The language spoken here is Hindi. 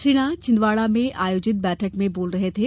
श्री नाथ छिंदवाड़ा में आयोजित बैठक में बोल रहे थे